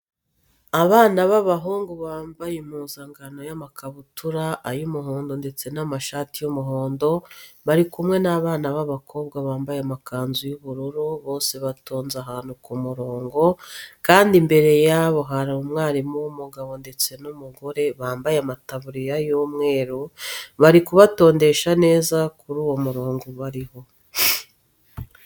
Abana b'abahungu bambaye impuzankano y'amakabutura ay'umuhondo ndetse n'amashati y'umuhondo bari kumwe n'abana b'abakobwa bambaye amakanzu y'ubururu, bose batonze ahantu ku murongo kandi imbere yabo hari umwarimu w'umugabo ndetse n'umugore bambaye amataburiya y'umweru bari kubatondesha neza kuri uwo murongo bariho.